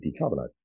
decarbonize